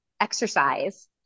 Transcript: exercise